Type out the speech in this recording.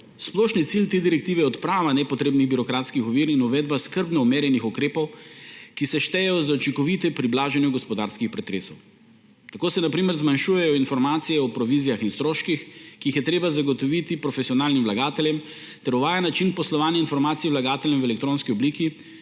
Splošni cilj te direktive je odprava nepotrebnih birokratskih ovir in uvedba skrbno merjenih ukrepov, ki se štejejo za učinkovite pri blaženju gospodarskih pretresov. Tako se, na primer, zmanjšujejo informacije o provizijah in stroških, ki jih je treba zagotoviti profesionalnim vlagateljem, ter uvaja način posredovanja informacij vlagateljem v elektronski obliki,